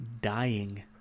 dying